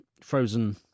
Frozen